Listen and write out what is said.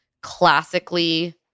classically